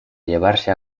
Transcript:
llevarse